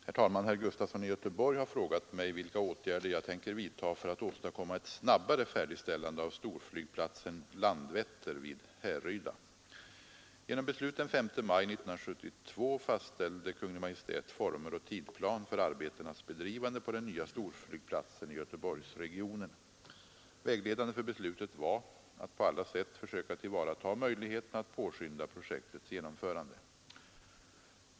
Herr talman! Herr Gustafson i Göteborg har frågat mig vilka åtgärder jag tänker vidtaga för att åstadkomma ett snabbare färdigställande av storflygplatsen Landvetter vid Härryda. Genom beslut den 5 maj 1972 fastställde Kungl. Maj:t former och tidplan för arbetenas bedrivande på den nya storflygplatsen i Göteborgsregionen. Vägledande för beslutet var att på alla sätt försöka tillvarata möjligheterna att påskynda projektets genomförande.